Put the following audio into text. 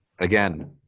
Again